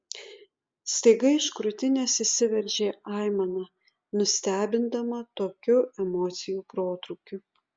staiga iš krūtinės išsiveržė aimana nustebindama tokiu emocijų protrūkiu